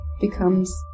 becomes